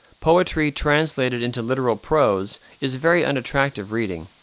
poetry translated into literal prose is very unattractive reading.